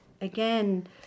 again